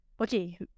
okay